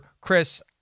Chris